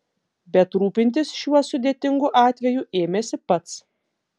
bet rūpintis šiuo sudėtingu atveju ėmėsi pats